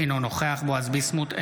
אינו נוכח בועז ביסמוט,